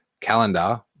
calendar